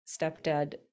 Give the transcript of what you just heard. stepdad